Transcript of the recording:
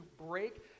break